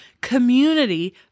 community